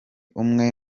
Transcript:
umwe